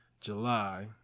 July